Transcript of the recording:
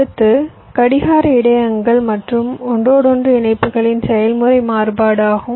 அடுத்து கடிகார இடையகங்கள் மற்றும் ஒன்றோடொன்று இணைப்புகளின் செயல்முறை மாறுபாடு ஆகும்